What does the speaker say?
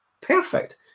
Perfect